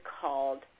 called